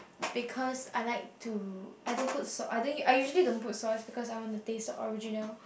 because I like to I don't put salt I don't I usually don't put sauce because I want to taste the original